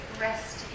Rest